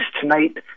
tonight